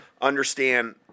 understand